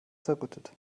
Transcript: zerrüttet